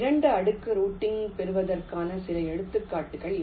3 அடுக்கு ரூட்டிங் செய்வதற்கான சில எடுத்துக்காட்டுகள் இவை